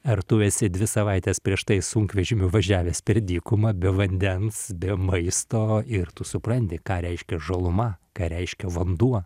ar tu esi dvi savaites prieš tai sunkvežimiu važiavęs per dykumą be vandens be maisto ir tu supranti ką reiškia žaluma ką reiškia vanduo